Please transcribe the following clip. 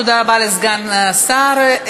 תודה רבה לסגן השר.